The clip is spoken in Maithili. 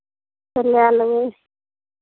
तऽ लए लेबै